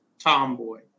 tomboy